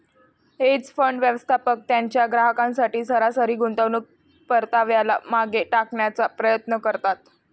hedge fund, व्यवस्थापक त्यांच्या ग्राहकांसाठी सरासरी गुंतवणूक परताव्याला मागे टाकण्याचा प्रयत्न करतात